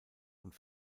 und